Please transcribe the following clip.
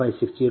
1560 j0